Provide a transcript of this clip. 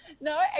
No